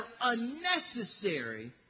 unnecessary